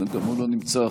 גם הוא לא נמצא,